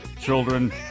Children